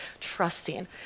trusting